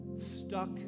stuck